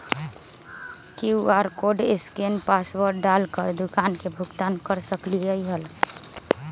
QR code scan password डाल कर दुकान में भुगतान कर सकलीहल?